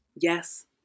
Yes